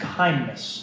kindness